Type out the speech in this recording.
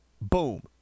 boom